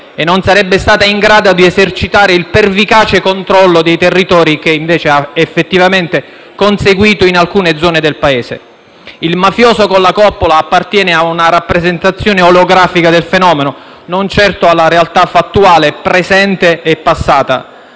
e non sarebbe stata in grado di esercitare il pervicace controllo dei territori che, effettivamente, ha conseguito in alcune zone del Paese. Il mafioso con la coppola appartiene a una rappresentazione olografica del fenomeno, non certo alla realtà fattuale presente e passata: